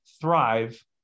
thrive